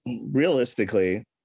realistically